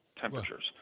temperatures